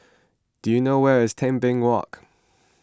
do you know where is Tebing Walk